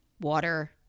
water